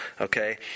okay